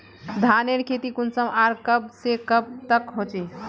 धानेर खेती कुंसम आर कब से कब तक होचे?